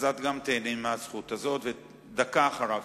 אז גם את תיהני מהזכות הזאת ותדברי דקה אחריו.